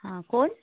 हां कोण